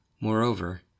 Moreover